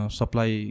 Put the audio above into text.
supply